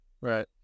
right